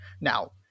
Now